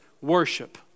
Worship